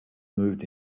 moved